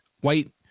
white